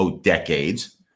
decades